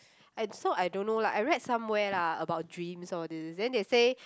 and so I don't know lah I read somewhere lah about dream some all these then they say